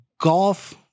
golf